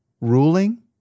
ruling